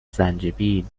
زنجبیل